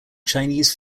chinese